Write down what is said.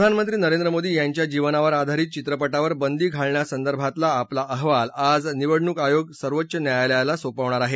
प्रधानमंत्री नरेंद्र मोदी यांच्या जीवनावर आधारित चित्रपटावर बंदी घालण्यासंदर्भातील आपला अहवाल आज निवडणूक आयोग सर्वोच्च न्यायालयाला सोपवणार आहे